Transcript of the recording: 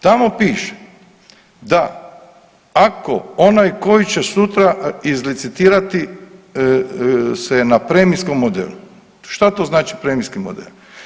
Tamo piše da ako onaj koji će sutra izlicitirati se na premijskom modelu, što to znači premijski model?